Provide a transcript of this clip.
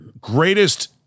Greatest